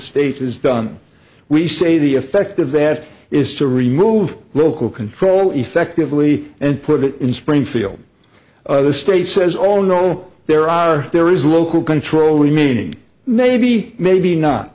state is done we say the effect of that is to remove local control effectively and put it in springfield the state says all know there are there is local control we meaning maybe maybe not